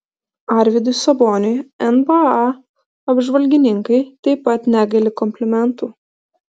arvydui saboniui nba apžvalgininkai taip pat negaili komplimentų